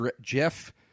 Jeff